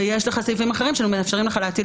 ויש לך סעיפים אחרים שמאפשרים לך להטיל